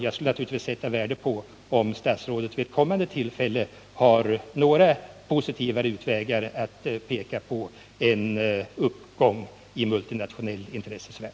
Jag skulle naturligtvis sätta värde på om statsrådet vid ett kommande tillfälle hade några mera positiva utvägar att peka på än en uppgång i en internationell intressesfär.